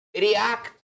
react